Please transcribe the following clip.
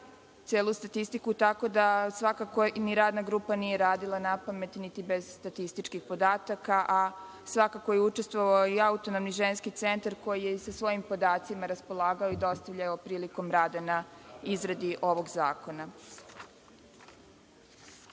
celu statistiku, tako da ni radna grupa nije radila napamet niti bez statističkih podataka, a svakako je učestvovao i autonomni ženski centar koji je sa svojim podacima raspolagao i dostavljao prilikom rada na izradi ovog zakona. Što